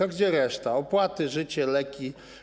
A gdzie reszta: opłaty, życie, leki?